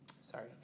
sorry